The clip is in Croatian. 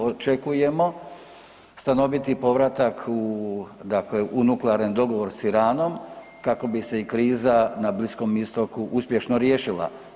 Očekujemo stanoviti povratak u, dakle u nuklearni dogovor s Iranom kako bi se i kriza na Bliskom Istoku uspješno riješila.